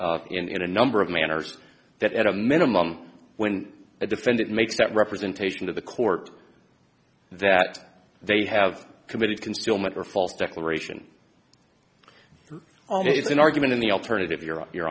in a number of manners that at a minimum when a defendant makes that representation to the court that they have committed concealment or false declaration on it's an argument in the alternative you're on you're